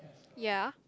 ya